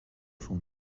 son